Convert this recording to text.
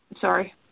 Sorry